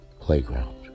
playground